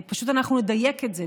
פשוט אנחנו נדייק את זה,